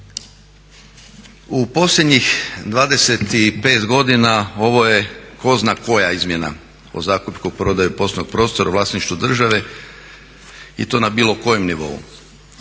U posljednjih 25 godina ovo je tko zna koja izmjena o zakupu kupoprodaje poslovnog prostora u vlasništvu države i to na bilo kojem nivou.